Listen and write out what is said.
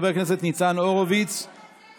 לא נתקבלה.